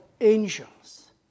angels